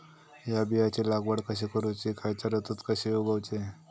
हया बियाची लागवड कशी करूची खैयच्य ऋतुत कशी उगउची?